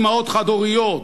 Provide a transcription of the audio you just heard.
אמהות חד-הוריות,